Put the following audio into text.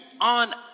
on